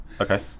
Okay